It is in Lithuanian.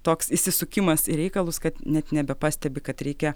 toks įsisukimas į reikalus kad net nebepastebi kad reikia